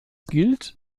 gilt